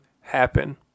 happen